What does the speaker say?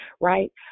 right